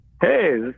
Hey